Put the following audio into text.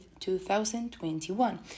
2021